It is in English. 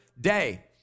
day